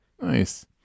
Nice